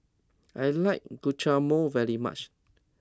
I like Guacamole very much